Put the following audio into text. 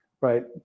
right